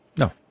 No